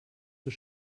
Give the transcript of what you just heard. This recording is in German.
zur